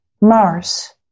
Mars